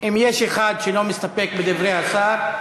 אם יש אחד שלא מסתפק בדברי השר,